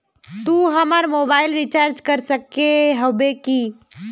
तू हमर mobile recharge कर सके होबे की?